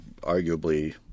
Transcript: arguably